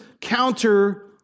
counter